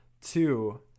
Two